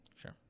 Sure